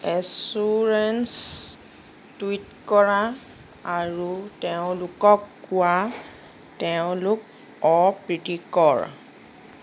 assurance tweet কৰা আৰু তেওঁলোকক কোৱা তেওঁলোক অপ্ৰীতিকৰ